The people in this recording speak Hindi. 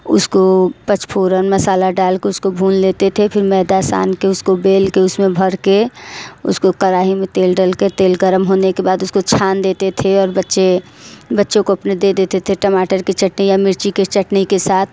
उसको पचफोरन मसाला डाल के उसको भून लेते थे फिर मैदा छान के उसको बेल के उसमें भर कर उसको कड़ाई में तेल डल कर तेल गर्म होने के उसके बाद उसको छान देते थे और बच्चे बच्चों को अपने दे देते थे टमाटर की चटनी या मिर्ची के चटनी के साथ